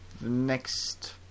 next